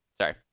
Sorry